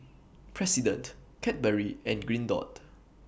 President Cadbury and Green Dot